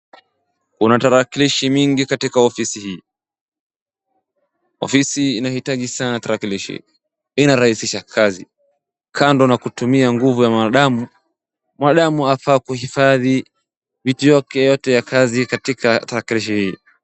Kuna tarakilishi mingi katika ofisi hii, ofisi inahitaji sana tarakilishi, inarahisisha kazi, kando na kutumia nguvu ya mwanadamu, mwanadamu anafaa kuhifadhi vitu yake yote ya kazi katika tarakilishi hii.